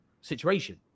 situation